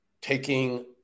taking